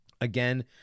again